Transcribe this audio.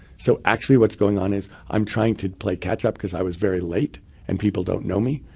so actually what's going on is i'm trying to play catch up because i was very late and people don't know me.